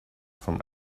from